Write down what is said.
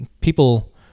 people